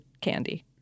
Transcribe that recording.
candy